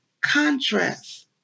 contrast